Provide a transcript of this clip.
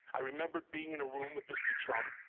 i remember being in a room with mr. trump,